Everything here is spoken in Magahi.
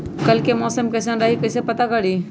कल के मौसम कैसन रही कई से पता करी?